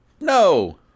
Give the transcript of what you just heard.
No